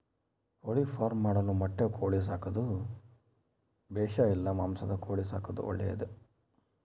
ಕೋಳಿಫಾರ್ಮ್ ಮಾಡಲು ಮೊಟ್ಟೆ ಕೋಳಿ ಸಾಕೋದು ಬೇಷಾ ಇಲ್ಲ ಮಾಂಸದ ಕೋಳಿ ಸಾಕೋದು ಒಳ್ಳೆಯದೇ?